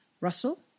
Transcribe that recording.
Russell